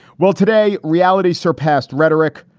well, today, reality surpassed rhetoric.